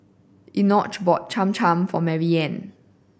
Enoch bought Cham Cham for Maryanne